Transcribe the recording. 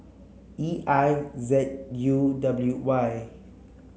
E I Z U W Y